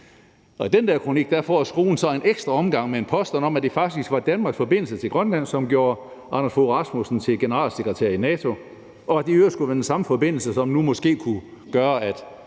I den der kronik får skruen så en ekstra omgang med en påstand om, at det faktisk var Danmarks forbindelse til Grønland, som gjorde Anders Fogh Rasmussen til generalsekretær i NATO, og at det i øvrigt skulle være den samme forbindelse, som nu måske kunne gøre,